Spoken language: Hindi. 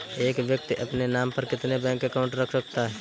एक व्यक्ति अपने नाम पर कितने बैंक अकाउंट रख सकता है?